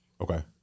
Okay